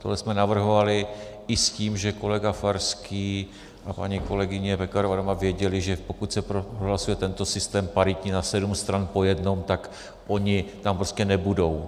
To jsme navrhovali i s tím, že kolega Farský a paní kolegyně Pekarová Adamová věděli, že pokud se prohlasuje tento systém paritní na sedm stran po jednom, tak oni tam prostě nebudou.